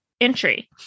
entry